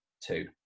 two